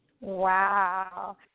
Wow